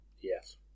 Yes